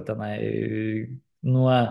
tenai nuo